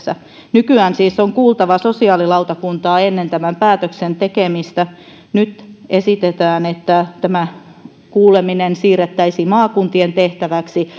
nykyään siis on kuultava sosiaalilautakuntaa ennen tämän päätöksen tekemistä nyt esitetään että tämä kuuleminen siirrettäisiin maakuntien tehtäväksi